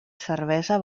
cervesa